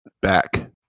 Back